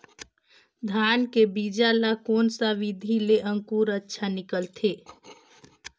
धान के बीजा ला कोन सा विधि ले अंकुर अच्छा निकलथे?